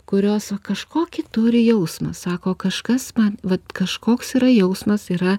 kurios kažkokį turi jausmą sako kažkas man vat kažkoks yra jausmas yra